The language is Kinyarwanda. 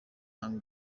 hugh